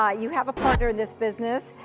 ah you have a partner in this business,